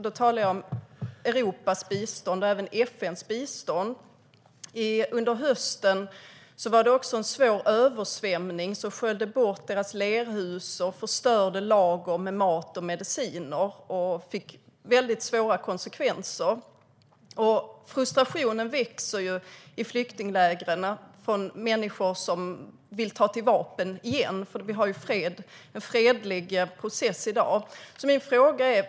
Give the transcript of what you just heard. Då talar jag om Europas och även FN:s bistånd. Under hösten sköljde en stor översvämning bort flyktingarnas lerhus och förstörde lager med mat och mediciner. Det fick svåra konsekvenser. Frustrationen växer i flyktinglägren hos människor som vill ta till vapen igen. Det pågår nämligen en fredlig process i dag.